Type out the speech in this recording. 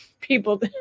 people